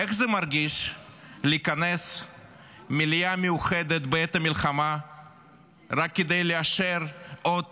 איך זה מרגיש לכנס מליאה מיוחדת בעת המלחמה רק כדי לאשר עוד